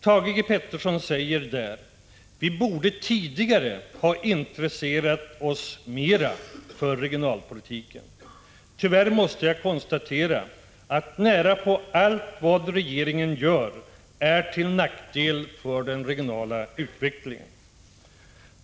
Thage G. Peterson säger där: ”Vi borde tidigare ha intresserat oss mera för regionalpolitiken.” Tyvärr måste jag konstatera att närapå allt vad regeringen gör är till nackdel för den regionala utvecklingen.